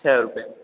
छः रुपया